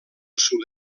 sud